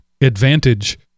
Advantage